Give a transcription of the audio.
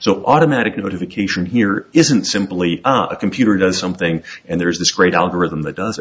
so automatic notification here isn't simply a computer does something and there's this great algorithm that does